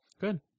Good